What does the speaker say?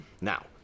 Now